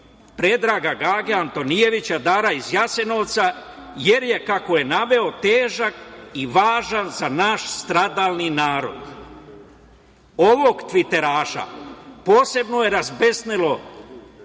Predraga Gage Antonijevića „Dara iz Jasenovca“ jer je, kako je naveo, „težak i važan za naš stradalni narod“. Ovog tviteraša posebno je razbesnelo